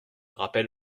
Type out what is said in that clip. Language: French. rappel